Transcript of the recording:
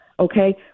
Okay